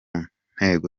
ntego